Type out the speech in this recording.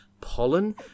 Pollen